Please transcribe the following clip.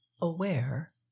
aware